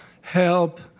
help